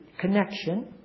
connection